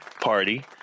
party